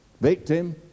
victim